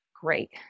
Great